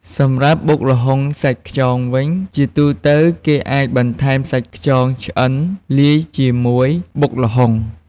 សម្រាប់បុកល្ហុងសាច់ខ្យងវិញ ជាទូទៅគេអាចបន្ថែមសាច់ខ្យងឆ្អិនលាយជាមួយបុកល្ហុង។